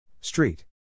Street